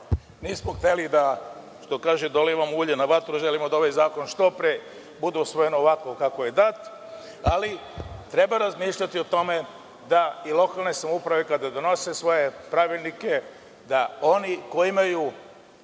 nismo hteli da, što kaže, dolivamo ulje na vatru, želimo da ovaj zakon što pre bude usvojen ovako kako je dat, ali treba razmišljati o tome da i lokalne samouprave kada donose svoje pravilnike da oni koji imaju